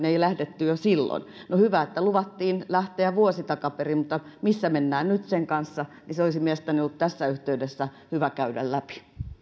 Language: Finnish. ei lähdetty jo silloin no hyvä että luvattiin lähteä vuosi takaperin mutta se missä mennään sen kanssa nyt olisi mielestäni ollut tässä yhteydessä hyvä käydä läpi